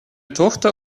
tochter